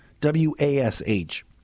W-A-S-H